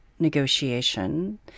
negotiation